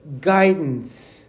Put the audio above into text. guidance